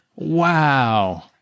Wow